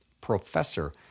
professor